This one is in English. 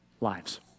lives